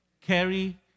Carry